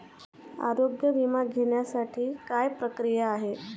आरोग्य विमा घेण्यासाठी काय प्रक्रिया आहे?